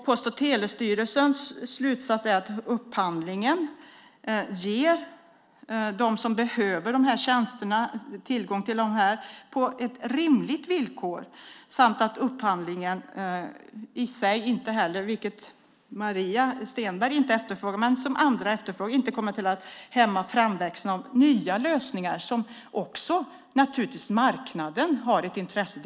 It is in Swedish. Post och telestyrelsens slutsats är att upphandlingen ger dem som behöver det tillgång till de här tjänsterna på ett rimligt villkor samt att upphandlingen i sig inte heller - vilket inte Maria Stenberg efterfrågar, men som andra efterfrågar - kommer att hämma framväxten av nya lösningar som också marknaden naturligtvis har ett intresse av.